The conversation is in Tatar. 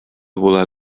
була